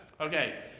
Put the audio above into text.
Okay